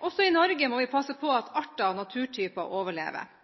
Også i Norge må vi passe på at arter og naturtyper overlever.